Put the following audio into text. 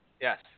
Yes